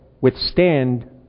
withstand